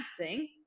acting